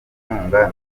inkunga